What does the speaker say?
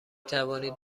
توانید